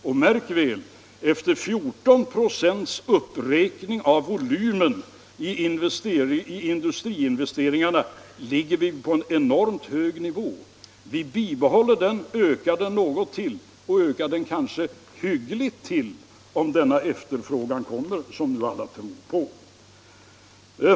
Och märk väl: Efter 14 96 uppräkning av volymen i industriinvesteringarna ligger vi på en enormt hög nivå. Vi bibehåller den och höjer den något — kanske rätt hyggligt — om denna efterfrågan kommer som nu alla tror på.